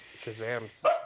Shazam's